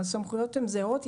הסמכויות הן זהות.